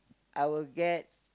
I will get